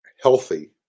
healthy –